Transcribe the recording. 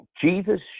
Jesus